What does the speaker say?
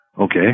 Okay